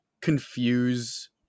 confuse